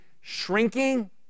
shrinking